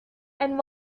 and